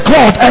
God